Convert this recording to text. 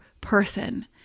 person